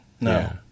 No